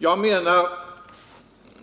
Jag anser